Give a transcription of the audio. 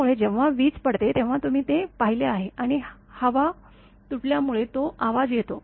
त्यामुळे जेव्हा वीज पडते तेव्हा तुम्ही ते पाहिले आहे आणि हवा तुटल्यामुळे तो आवाज येतो